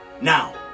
Now